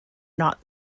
not